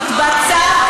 מתבצעת